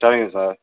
சரிங்க சார்